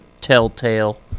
telltale